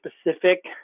specific